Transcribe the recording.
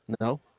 no